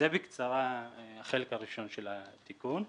זה בקצרה החלק הראשון של התיקון.